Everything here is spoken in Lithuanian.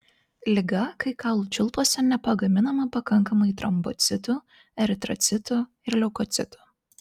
liga kai kaulų čiulpuose nepagaminama pakankamai trombocitų eritrocitų ir leukocitų